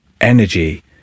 energy